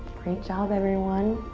great job, everyone.